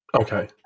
Okay